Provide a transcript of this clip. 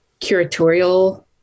curatorial